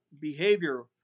behavior